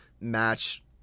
match